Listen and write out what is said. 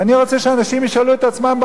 אני רוצה שהאנשים ישאלו את עצמם,